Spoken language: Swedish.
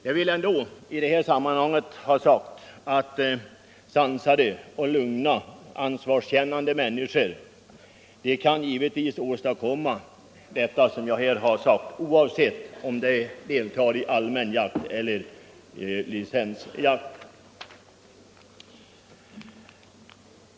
Jag vill ändå i detta sammanhang ha sagt att sansade, lugna och ansvarskännande människor givetvis kan åstadkomma dessa effekter oavsett om de deltar i allmän jakt eller licensjakt.